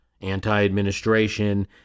anti-administration